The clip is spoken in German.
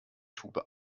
tube